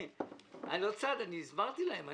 אני לא צד, הסברתי להם.